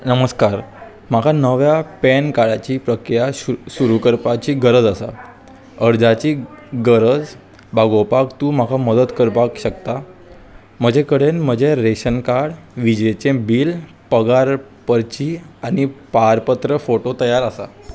नमस्कार म्हाका नव्या पॅन कार्डाची प्रक्रिया सुरू करपाची गरज आसा अर्जाची गरज बागोवपाक तूं म्हाका मदत करपाक शकता म्हजे कडेन म्हजें रेशन कार्ड विजेचें बील पगार पर्ची आनी पारपत्र फोटो तयार आसा